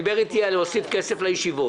דיבר איתי בחדר על הוספת כסף לישיבות